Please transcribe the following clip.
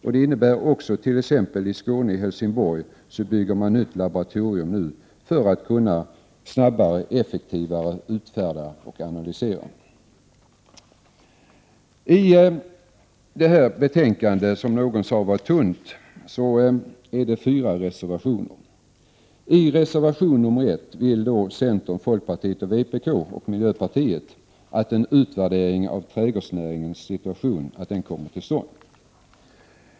Det innebär t.ex. att man i Helsingborg bygger ett nytt laboratorium för att man snabbare och effektivare skall kunna göra analyser och utfärda förbud. I det här betänkandet, som någon sade var tunt, finns det fyra reservationer. I reservation 1 vill centern, folkpartiet, vpk och miljöpartiet att en utvärdering av trädgårdsnäringens situation skall komma till stånd.